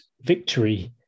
victory